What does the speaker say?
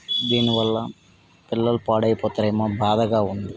దీనివల్ల పిల్లలు పాడైపోతారేమో బాధగా ఉంది